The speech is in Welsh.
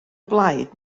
blaid